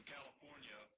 California